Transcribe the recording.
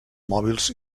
mòbils